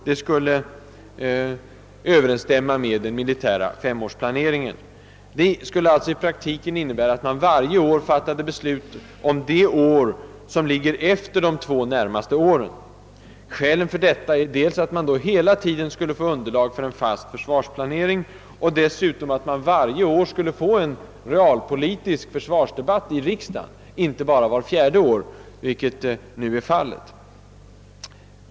Detta skulle överensstämma med den militära femårsplaneringen. Det skulle i praktiken innebära att man varje år fattade beslut om det år som ligger efter de två närmaste åren. Skälet för detta är att man då hela tiden skulle få underlag för en fast försvarsplanering, och dessutom att man varje år skulle få en realpolitisk försvarsdebatt i riksdagen, inte bara vart fjärde år, vilket annars blir fallet.